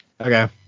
Okay